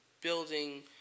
building